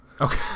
Okay